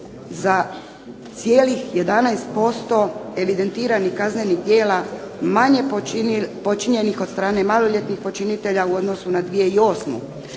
za cijelih 11% evidentiranih kaznenih djela manje počinjenih od strane maloljetnih počinitelja u odnosu na 2008.